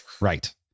Right